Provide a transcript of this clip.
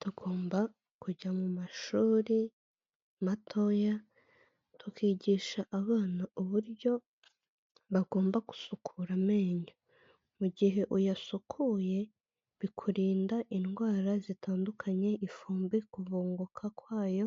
Tugomba kujya mu mashuri matoya, tukigisha abana uburyo bagomba gusukura amenyo. Mu gihe uyasukuye bikurinda indwara zitandukanye ifumbi, kuvunguka kwayo